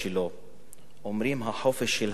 החופש של היד שלך מסתיים